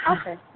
Okay